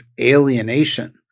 alienation